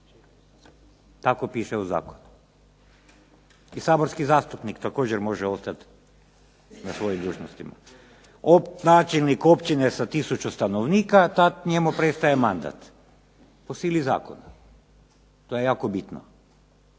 Tako piše u zakonu. I saborski zastupnik također može ostati na svojim dužnostima. Načelnik općine sa tisuću stanovnika, tada njemu prestaje mandat po sili zakona. To je jako bitno.